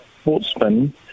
sportsman